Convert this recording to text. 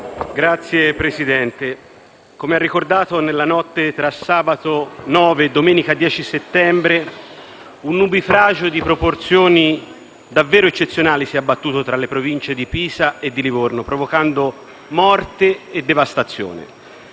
Signor Presidente, come lei ha ricordato, nella notte tra sabato 9 e domenica 10 settembre un nubifragio di proporzioni davvero eccezionali si è abbattuto tra le province di Pisa e di Livorno, provocando morte e devastazione.